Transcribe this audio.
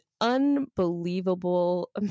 unbelievable